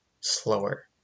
slower